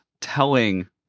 telling